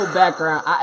background